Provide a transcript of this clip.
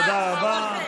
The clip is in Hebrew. תודה רבה.